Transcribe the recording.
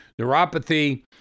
neuropathy